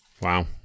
Wow